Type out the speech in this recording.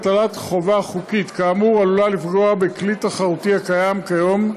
הטלת חובה חוקית כאמור עלולה לפגוע בכלי תחרותי הקיים כיום,